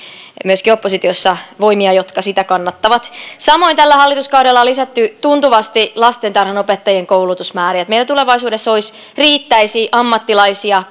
myöskin oppositiossa voimia jotka sitä kannattavat samoin tällä hallituskaudella on lisätty tuntuvasti lastentarhanopettajien koulutusmääriä että meillä tulevaisuudessa riittäisi ammattilaisia